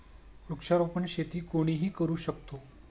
वृक्षारोपण शेती कोणीही करू शकतो